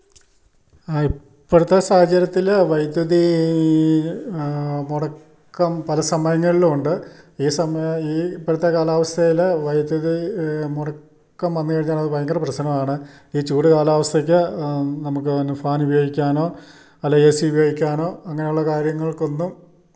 ആ ഇപ്പോഴത്തെ സാഹചര്യത്തിൽ വൈദ്യുതീ മുടക്കം പല സമയങ്ങളിലും ഉണ്ട് ഈ സമയം ഈ ഇപ്പോഴത്തെ കാലാവസ്ഥയിൽ വൈദ്യുതി മുടക്കം വന്ന് കഴിഞ്ഞാൽ അത് ഭയങ്കര പ്രശ്നമാണ് ഈ ചൂട് കാലാവസ്ഥയ്ക്ക് നമുക്ക് ഫാൻ ഉപയോഗിക്കാനോ അല്ല എ സി ഉപയോഗിക്കാനോ അങ്ങനെയുള്ള കാര്യങ്ങൾക്കൊന്നും